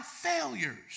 failures